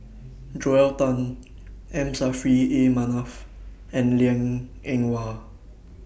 Joel Tan M Saffri A Manaf and Liang Eng Hwa